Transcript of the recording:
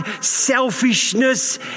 selfishness